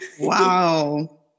Wow